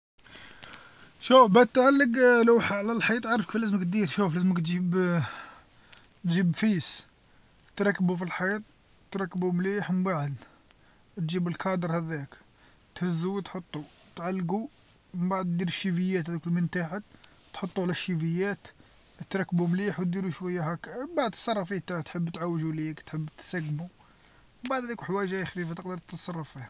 شوف بتعلق لوحه على الحيط عارف كيفاه لازم دير لازم تجيب فيس تركبو فالحيط تركبو مليح من بعد تجيب الكادر هداك تهزو وتحطو، تعلقو من بعد دير شيفيات هاذو من تحت تحطو على شيفيات تركبو مليح و ديرو شويه هاكا من بعد تصرف فيه نتا تحب تعوجو ليك تحب تسقمو، من بعد عليك حوايجها خفيفة تقدر تتصرف فيها.